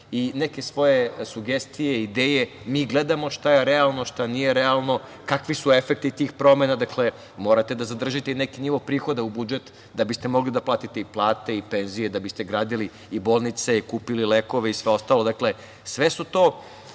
neke svoje sugestije i ideje, a mi gledamo šta je realno, šta nije realno, kakvi su efekti tih promena. Dakle, morate da zadržite i neki nivo prihoda u budžet da biste mogli da platite i plate i penzije, da biste gradili i bolnice, kupili lekove i sve ostalo. Dakle, sve su to